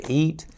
eat